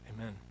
Amen